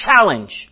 challenge